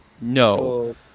No